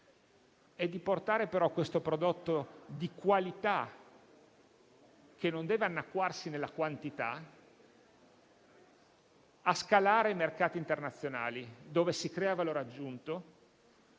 anche portare prodotti di qualità, che non devono annacquarsi nella quantità, a scalare i mercati internazionali dove si crea valore aggiunto.